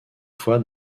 fois